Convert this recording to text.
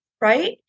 right